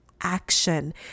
action